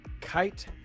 Kite